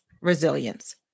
resilience